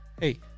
hey